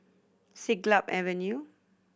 Siglap Avenue